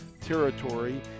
territory